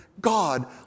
God